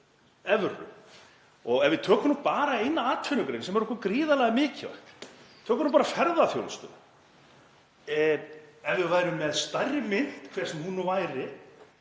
evru. Ef við tökum bara eina atvinnugreinin sem er okkur gríðarlega mikilvæg, tökum bara ferðaþjónustuna: Ef við værum með stærri mynt, hver sem hún nú væri,